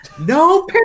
No